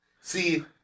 See